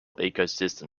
ecosystem